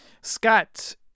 Scott